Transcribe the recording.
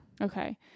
Okay